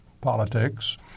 politics